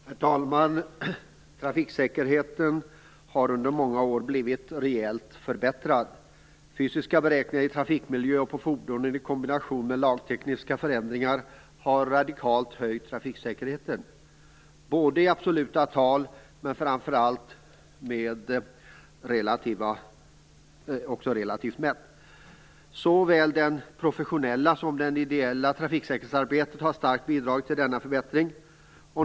Herr talman! Trafiksäkerheten har under många år blivit rejält förbättrad. Fysiska förbättringar i trafikmiljö och på fordon i kombination med lagtekniska förändringar har radikalt höjt trafiksäkerheten, både i absoluta tal och, framför allt, i relativa mått. Både det professionella och det ideella trafiksäkerhetsarbetet har starkt bidragit till denna förbättring.